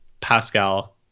Pascal